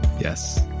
Yes